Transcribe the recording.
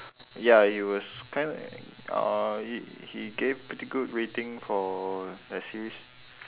ya he was kinda uh he he gave pretty good rating for the series